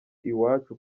iwacu